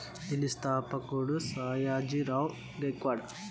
దీని స్థాపకుడు సాయాజీ రావ్ గైక్వాడ్